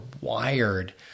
wired